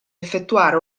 effettuare